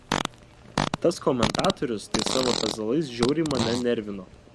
tas komentatorius tai savo pezalais žiauriai mane nervino